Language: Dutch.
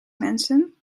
mensen